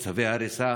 את צווי ההריסה,